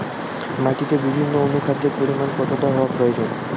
মাটিতে বিভিন্ন অনুখাদ্যের পরিমাণ কতটা হওয়া প্রয়োজন?